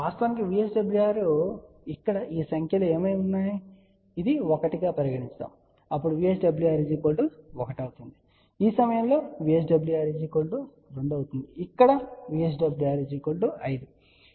వాస్తవానికి VSWR ఇక్కడ ఈ సంఖ్యలు ఏమై ఉన్నాయి కనుక ఇది 1 గా పరిగణించండి అప్పుడు VSWR 1 అవుతుంది ఈ సమయంలో VSWR 2 అవుతుంది ఇక్కడ VSWR 5